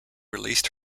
released